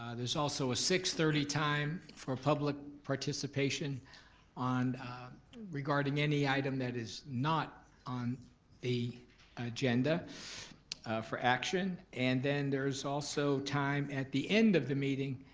ah there's also a six thirty time for public participation regarding any item that is not on the agenda for action and then there's also time at the end of the meeting